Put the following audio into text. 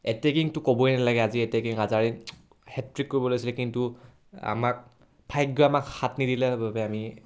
এটেকিংটো ক'বই নালাগে আজি এটেকিং আজাৰে হেত্ৰিক কৰিব লৈছিলে কিন্তু আমাক ভাগ্যই আমাক হাত নিদিলে বাবে আমি